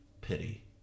pity